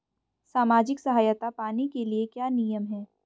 सामाजिक सहायता पाने के लिए क्या नियम हैं?